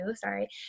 sorry